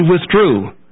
withdrew